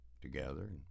together